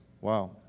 Wow